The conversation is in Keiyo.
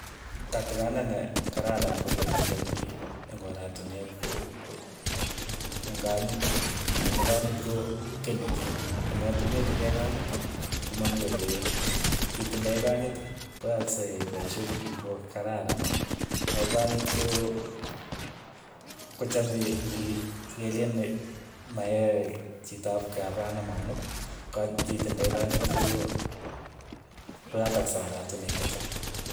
Katikonet ne kararan ko ketepi ak piik eng' oratinweek ko- ko eng' konyit, amu konyit ko kei ne kiim, amu atumetindoi konyit, komamii ole iwendii, itindoi konyit, koyaakse paishinik kuuk ko kararan, ako konyit ko, kochame ng'i sekeleen maya chit ap kap anom amu kot itindoi konyit ko- koyatakse oratinwek che chang.